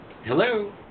Hello